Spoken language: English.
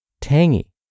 tangy